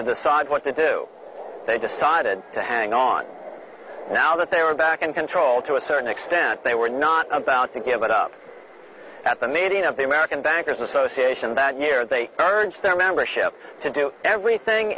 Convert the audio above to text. to decide what to do they decided to hang on now that they were back in control to a certain extent they were not about to give it up at the knitting of the american bankers association that year they urged their membership to do everything